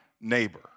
neighbor